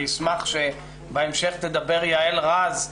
אני אשמח שבהמשך תדבר יעל רז,